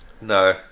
no